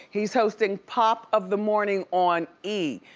he's hosting pop of the morning on e!